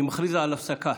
אני מכריז על הפסקה.